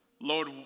Lord